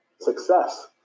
success